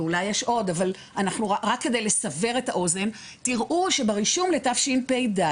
ואולי יש עוד אבל רק כדי לסבר את האוזן תיראו שברישום לתשפ"ד,